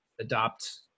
adopt